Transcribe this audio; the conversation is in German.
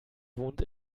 wohnt